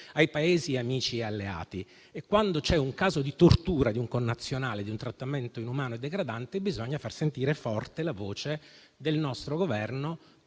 ai Paesi amici alleati. E quando c'è un caso di tortura di un connazionale, di un trattamento inumano e degradante, bisogna far sentire forte la voce del nostro Governo.